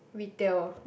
retail